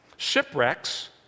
Shipwrecks